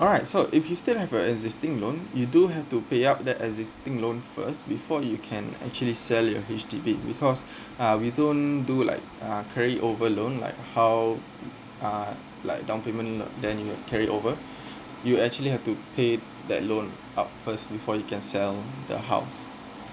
alright so if you still have a existing loan you do have to pay up that existing loan first before you can actually sell your H_D_B because uh we don't do like uh carry over loan like how uh like down payment then you'll carry over you actually have to pay that loan up first before you can sell the house